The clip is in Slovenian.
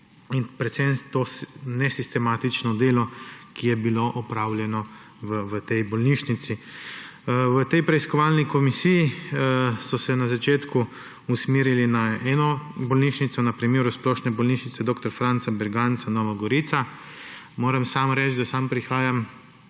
in predvsem to nesistematično delo, ki je bilo opravljeno v tej bolnišnici. V tej preiskovalni komisiji so se na začetku usmerili na eno bolnišnico, na primer Splošne bolnišnice dr. Franca Derganca Nova Gorica. Moram reči, da sam prihajam